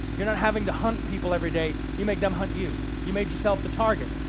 you're not having to hunt people everyday, you make them hunt you. you made yourself the target.